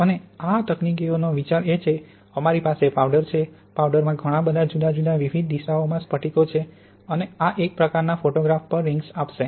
અને આ તકનીકનો વિચાર એ છે કે અમારી પાસે પાવડર છે પાવડરમાં ઘણાં બધાં જુદાં જુદાં વિવિધ દિશાઓમાં સ્ફટિકો છે અને આ એક પ્રકારનાં ફોટોગ્રાફ પર રિંગ્સ આપશે